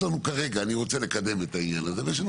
אני רוצה לקדם את העניין הזה ויש לנו